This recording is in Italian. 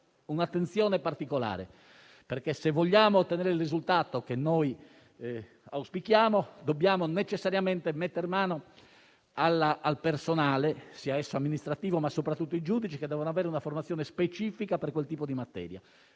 un'attenzione particolare. Se vogliamo ottenere il risultato che auspichiamo, dobbiamo necessariamente mettere mano al personale amministrativo, ma ciò vale soprattutto per i giudici, che devono avere una formazione specifica per quel tipo di materia.